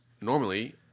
normally